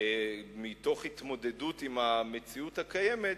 מתוך התמודדות עם המציאות הקיימת,